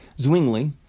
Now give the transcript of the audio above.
Zwingli